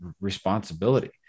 responsibility